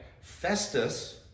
Festus